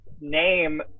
name